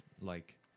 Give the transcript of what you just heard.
like-